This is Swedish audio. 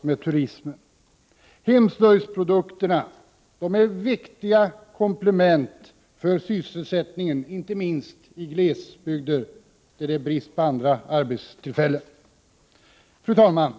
med turismen. Hemslöjdsprodukterna är viktiga komplement för sysselsättningen, inte minst i glesbygder där det är brist på andra arbetstillfällen. Fru talman!